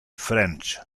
french